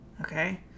Okay